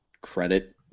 credit